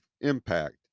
impact